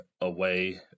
away